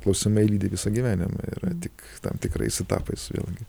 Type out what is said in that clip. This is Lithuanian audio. klausimai lydi visą gyvenimą ir tik tam tikrais etapais vėlgi